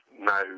no